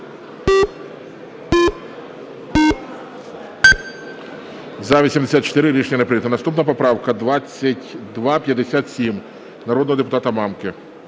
За-84 Рішення не прийнято. Наступна поправка 2257, народного депутата Мамки.